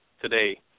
today